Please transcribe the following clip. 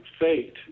fate